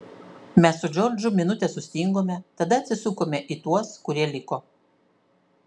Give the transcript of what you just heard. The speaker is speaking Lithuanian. mes su džordžu minutę sustingome tada atsisukome į tuos kurie liko